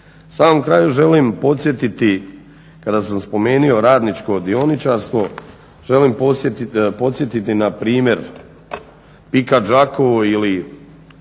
samom kraju želim podsjetiti kada sam spomenuo radničko dioničarstvo želim podsjetiti na primjer PIK Đakovo ili